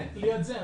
זה ליד זה.